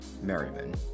Merriman